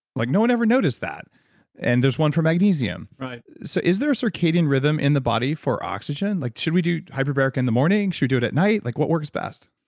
like no one ever noticed that and there's one for magnesium right so is there a circadian rhythm in the body for oxygen? like should we do hyperbaric in the morning? should we do it at night? like what works best?